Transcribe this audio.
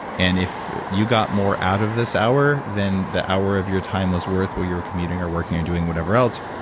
and if you got more out of this hour, then, the hour of your time was worthwhile you're commuting or working and doing whatever else,